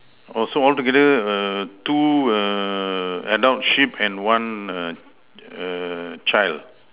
oh so altogether err two err adult sheep and one err child